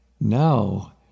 Now